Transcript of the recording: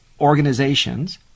organizations